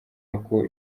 uku